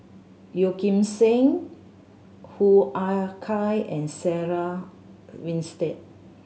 Yeo Kim Seng Hoo Ah Kay and Sarah Winstedt